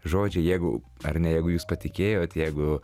žodžiai jeigu ar ne jeigu jūs patikėjot jeigu